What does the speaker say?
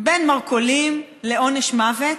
בין מרכולים לעונש מוות,